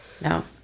No